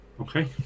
Okay